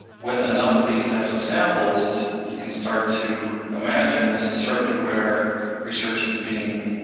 with enough of these types of samples, you can start to imagine, and this is certainly where research is being